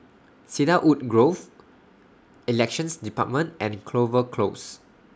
Cedarwood Grove Elections department and Clover Close